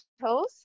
toes